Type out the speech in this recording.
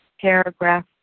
paragraph